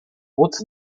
płuc